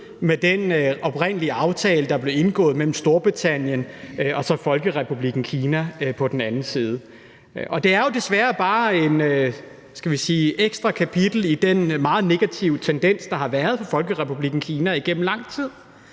med den oprindelige aftale, der blev indgået mellem Storbritannien på den ene side og Folkerepublikken Kina på den anden side. Det er jo desværre bare et ekstra kapitel, kan man sige, i den meget negative tendens, der har været i Folkerepublikken Kina igennem lang tid,